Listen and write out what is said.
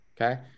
okay